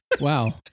Wow